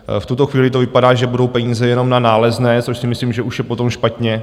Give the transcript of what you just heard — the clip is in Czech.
V tuto chvíli to vypadá, že budou peníze jenom na nálezné, což si myslím, že už je potom špatně.